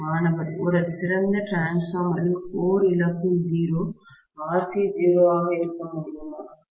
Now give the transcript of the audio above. மாணவர் ஒரு சிறந்த டிரான்ஸ்பார்மரில் கோர் இழப்பு 0 RC 0 ஆக இருக்க முடியுமா